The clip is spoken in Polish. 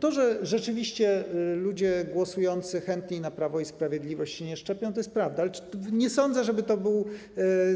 To, że rzeczywiście ludzie głosujący chętniej na Prawo i Sprawiedliwość się nie szczepią, to jest prawda, lecz nie sądzę, żeby